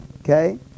Okay